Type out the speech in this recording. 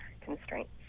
constraints